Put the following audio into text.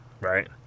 right